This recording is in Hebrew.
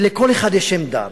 ולכל אחד יש עמדה.